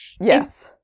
yes